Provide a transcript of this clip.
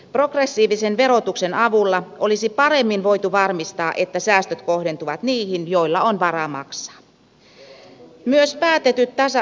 progressiivisen verotuksen avulla olisi paremmin voitu varmistaa että säästöt kohdentuvat niihin joilla on varaa maksaa